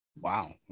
Wow